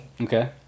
Okay